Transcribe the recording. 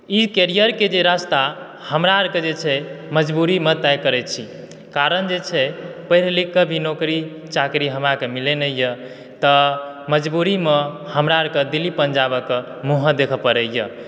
ई career के जे रास्ता हमरा आरके जे छै मजबूरीमे तय करै छी करना जे छै पढ़ि लिखके भी नौकरी चाकरी हमरा के मिलै नहि यऽ तऽ मजबूरीमे हमरा आरके दिल्ली पंजाबके मुँह देख़य परै यऽ